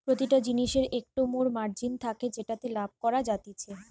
প্রতিটা জিনিসের একটো মোর মার্জিন থাকে যেটাতে লাভ করা যাতিছে